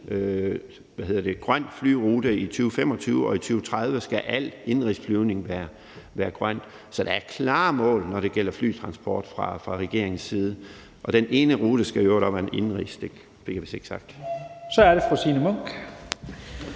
grøn flyrute i 2025, og at i 2030 skal al indenrigsflyvning være grøn. Så der er klare mål, når det gælder flytransport, fra regeringens side. Den ene rute skal i øvrigt også være indenrigs.